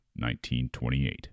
1928